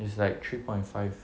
it's like three point five